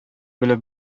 белеп